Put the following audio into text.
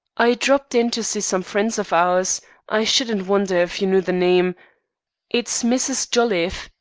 i dropped in to see some friends of ours i shouldn't wonder if you know the name it's mrs. jolliffe,